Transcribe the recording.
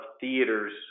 theaters